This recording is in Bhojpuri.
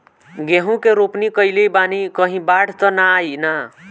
गेहूं के रोपनी कईले बानी कहीं बाढ़ त ना आई ना?